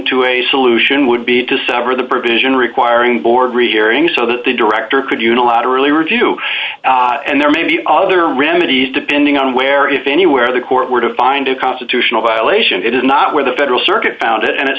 to a solution would be to sever the provision requiring board rehearing so that the director could unilaterally urge you to and there may be other remedies depending on where if anywhere the court were to find a constitutional violation it is not where the federal circuit found it and it's